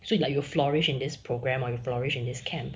so you like you flourished in this program or flourish in this camp